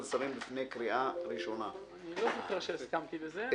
השרים לפני קריאה ראשונה." אני לא זוכר שהסכמתי לזה.